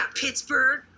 Pittsburgh